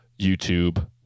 YouTube